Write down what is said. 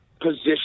Position